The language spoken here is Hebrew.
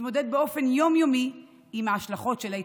שמתמודד באופן יום-יומי עם ההשלכות של ההתמכרות.